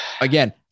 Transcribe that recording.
Again